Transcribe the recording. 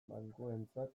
bankuentzat